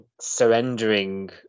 surrendering